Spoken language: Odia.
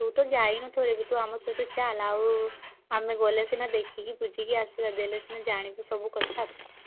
ତୁ ତ ଯାଇନୁ ଥରେ ବି ଏବେ ତୁ ଆମ ସହିତ ଚାଲ ଆଉ ଆମେ ଗଲେ ସିନା ଦେଖିକି ବୁଝିକି ଆସିବା ଦେଲେ ସିନା ଜାଣିବୁ ସବୁ କଥା